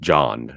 John